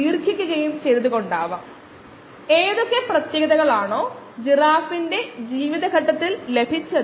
303 യെ k d കൊണ്ട് ഹരിച്ചാൽ ലഭിക്കും